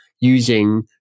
using